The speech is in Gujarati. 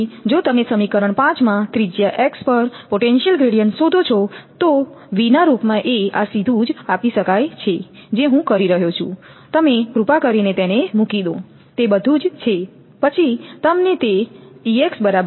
તેથી જો તમે સમીકરણ 5 માં ત્રિજ્યા x પર પોટેન્શિયલ ગ્રેડીયન્ટ શોધો છો તો V ના રૂપમાંએ આ સીધું જ આપી શકાય છે જે હું કરી રહ્યો છું ફક્ત તમે કૃપા કરીને તેને મૂકી દો તે બધુ જ છે